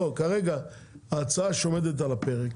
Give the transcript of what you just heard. לא, כרגע ההצעה שעומדת על הפרק,